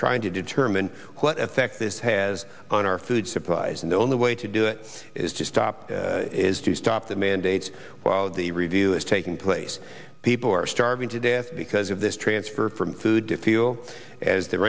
trying to determine what effect this has on our food supplies and the only way to do it is to stop is to stop the mandates while the review is taking place people are starving to death because of this transfer from food to feel as the